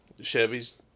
Chevy's